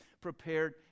prepared